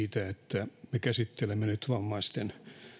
siitä että me käsittelemme nyt vammaisten